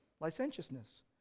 licentiousness